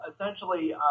essentially